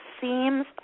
seems